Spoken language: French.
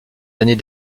années